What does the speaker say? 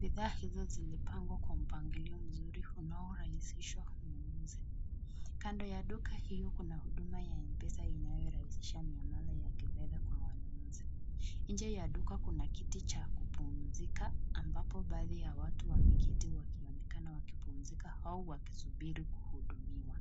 Bidha hizo zimepangwa kwa mipangilio mzuri za kuvutia mnunuzi. kando ya duka hiyo kuna huduma ya mpesa kurahisisha huduma kwa wanunuzi. Nje ya duka kuna benchi ya watu kupumziaka ambapo kuna watu wawili wameketi wakionekana kupumzika au wakingoja kuhudumiwa.